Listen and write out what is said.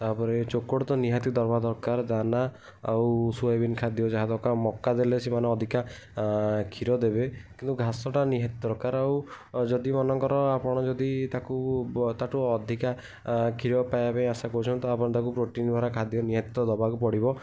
ତା'ପରେ ଚୋକଡ଼ ତ ନିହାତି ଦବା ଦରକାର ଦାନା ଆଉ ସୋୟାବିନ୍ ଖାଦ୍ୟ ଯାହା ଦରକାର ମକା ଦେଲେ ସେମାନେ ଅଧିକା କ୍ଷୀର ଦେବେ କିନ୍ତୁ ଘାସଟା ନିହାତି ଦରକାର ଆଉ ଯଦି ମନେକର ଆପଣ ଯଦି ତାକୁ ତାଠୁ ଅଧିକା କ୍ଷୀର ପାଇବା ପାଇଁ ଆଶା କରୁଛନ୍ତି ତ ଆପଣ ତାକୁ ପ୍ରୋଟିନ୍ ଗୁଡ଼ା ଖାଦ୍ୟ ତ ନିହାତି ଦେବାକୁ ପଡ଼ିବ